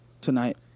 tonight